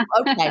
Okay